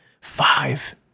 Five